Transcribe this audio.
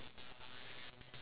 yes